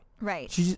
Right